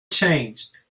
changed